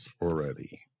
already